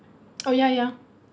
oh ya ya